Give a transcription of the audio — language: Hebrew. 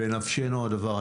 בנפשנו הדבר.